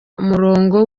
umurongo